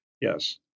Yes